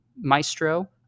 Maestro-